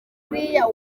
buriya